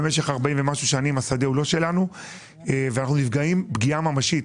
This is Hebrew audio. במשך 40 ומשהו שנים השדה הוא לא שלנו ואנחנו נפגעים פגיעה ממשית.